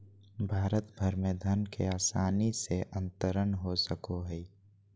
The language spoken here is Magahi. भारत भर में धन के आसानी से अंतरण हो सको हइ